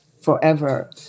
forever